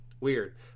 weird